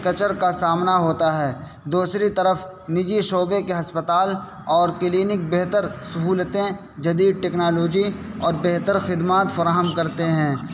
کچر کا سامنا ہوتا ہے دوسری طرف نجی شعبے کے ہسپتال اور کلینک بہتر سہولتیں جدید ٹیکنالوجی اور بہتر خدمات فراہم کرتے ہیں